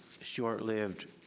short-lived